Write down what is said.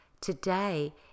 Today